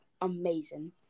Amazing